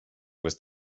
was